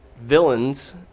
villains